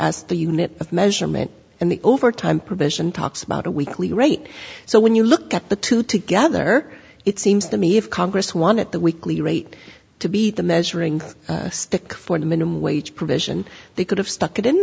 as the unit of measurement and the overtime provision talks about a weekly rate so when you look at the two together it seems to me if congress wanted the weekly rate to be the measuring stick for the minimum wage provision they could have stuck it in